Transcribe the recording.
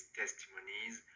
testimonies